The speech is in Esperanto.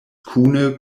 kune